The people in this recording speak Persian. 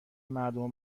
مردمو